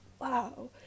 wow